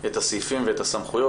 הסעיפים ואת הסמכויות,